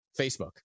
facebook